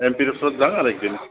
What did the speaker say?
M P ৰ ওচৰত যাওঁ আৰু একদিন